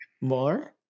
more